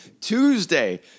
Tuesday